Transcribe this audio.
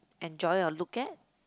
enjoy or look at